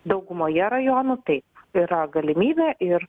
daugumoje rajonų tai yra galimybė ir